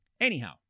Anyhow